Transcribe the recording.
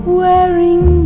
wearing